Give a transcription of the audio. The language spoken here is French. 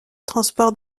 transport